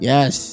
Yes